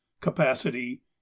Capacity